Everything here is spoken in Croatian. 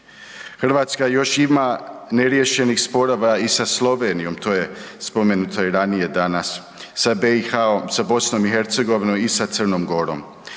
Hrvatska još ima neriješenih sporova i sa Slovenijom, to je spomenuto i ranije danas, sa BiH, sa Bosnom i Hercegovinom i sa Crnom Gorom.